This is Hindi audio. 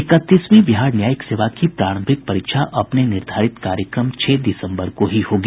इकतीसवीं बिहार न्यायिक सेवा की प्रारंभिक परीक्षा अपने निर्धारित कार्यक्रम छह दिसम्बर को ही होगी